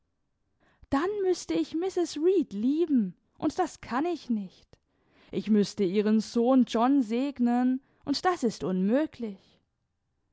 dann müßte ich mrs reed lieben und das kann ich nicht ich müßte ihren sohn john segnen und das ist unmöglich